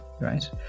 right